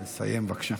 לסיים, בבקשה.